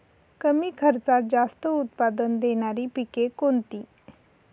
कमी खर्चात जास्त उत्पाद देणारी पिके कोणती?